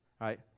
right